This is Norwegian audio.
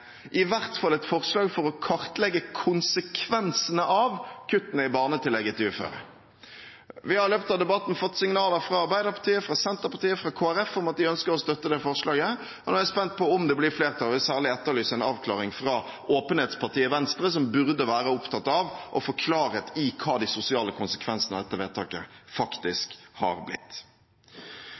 i hvert fall et forslag for å kartlegge konsekvensene av kuttene i barnetillegget til uføre. Vi har i løpet av debatten fått signaler fra Arbeiderpartiet, Senterpartiet og Kristelig Folkeparti om at de ønsker å støtte det forslaget. Jeg er spent på om det blir flertall for det. Jeg vil særlig etterlyse en avklaring fra åpenhetspartiet Venstre, som burde være opptatt av å få klarhet i hva de sosiale konsekvensene av dette vedtaket faktisk har blitt.